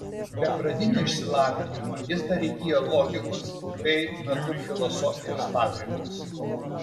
be pradinio išsilavinimo jis dar įgijo logikos bei natūrfilosofijos pagrindus